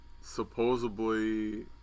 Supposedly